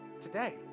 today